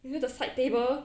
you know the side table